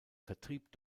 vertrieb